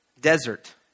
Desert